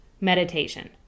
meditation